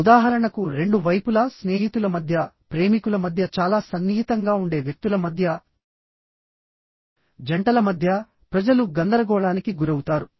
ఉదాహరణకు రెండు వైపులా స్నేహితుల మధ్య ప్రేమికుల మధ్య చాలా సన్నిహితంగా ఉండే వ్యక్తుల మద్య జంటల మధ్యప్రజలు గందరగోళానికి గురవుతారు